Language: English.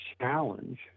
challenge